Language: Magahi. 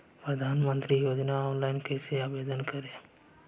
प्रधानमंत्री योजना ला ऑनलाइन आवेदन कैसे करे?